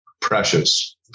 precious